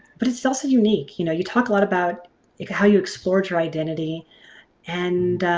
but it's also unique. you know you talk a lot about how you explored your identity and